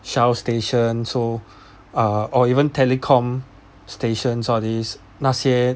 Shell station so uh or even telecom stations all these 那些